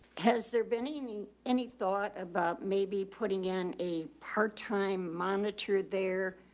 has there been any meat, any thought about maybe putting in a parttime monitored there,